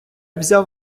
взяв